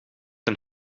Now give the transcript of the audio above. een